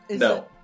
No